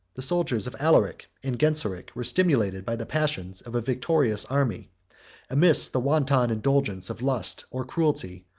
the soldiers of alaric and genseric were stimulated by the passions of a victorious army amidst the wanton indulgence of lust or cruelty,